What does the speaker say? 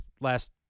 last